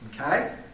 Okay